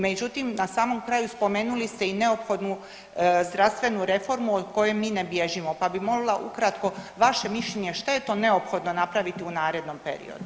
Međutim, na samom kraju spomenuli ste i neophodnu zdravstvenu reformu od koje mi ne bježimo, pa bi molila ukratko vaše mišljenje šta je to neophodno napraviti u narednom periodu?